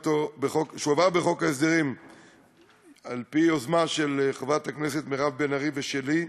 שהועבר בחוק ההסדרים על-פי יוזמה של חברת הכנסת מירב בן ארי ושלי,